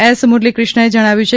S Muralikrishna એ જણાવાયું છે